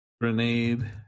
grenade